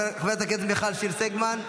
חברת הכנסת מיכל שיר סגמן,